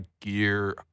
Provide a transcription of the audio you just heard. gear